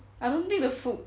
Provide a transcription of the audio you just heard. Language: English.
I don't think the food